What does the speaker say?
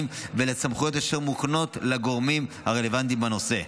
ולסמכויות אשר מוקנות לגורמים הרלוונטיים בנושא.